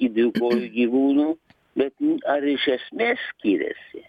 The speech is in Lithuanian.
dvikojų gyvūnų bet ar iš esmės skiriasi